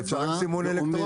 יש אפשרות של סימון אלקטרוני,